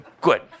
Good